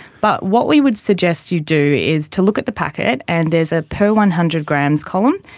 but what we would suggest you do is to look at the packet, and there is a per one hundred grams column.